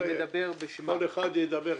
כל אחד ידבר,